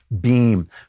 Beam